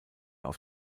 auf